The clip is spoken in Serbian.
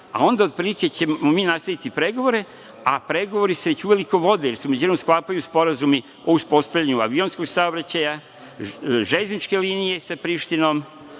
a onda otprilike ćemo mi nastaviti pregovore, a pregovori se već uveliko vode jer se u međuvremenu sklapaju sporazumi o uspostavljanju avionskog saobraćaja, železničke linije sa Prištinom,